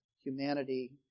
humanity